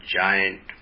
giant